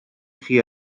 chi